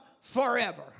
forever